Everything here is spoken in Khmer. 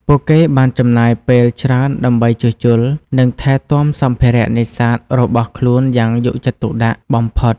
ពួកគេបានចំណាយពេលច្រើនដើម្បីជួសជុល និងថែទាំសម្ភារៈនេសាទរបស់ខ្លួនយ៉ាងយកចិត្តទុកដាក់បំផុត។